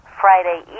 Friday